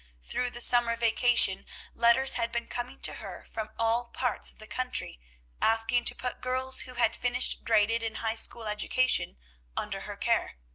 through the summer vacation letters had been coming to her from all parts of the country asking to put girls who had finished graded and high school education under her care.